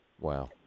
Wow